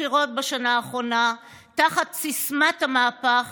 הבחירות בשנה האחרונה תחת סיסמת המהפך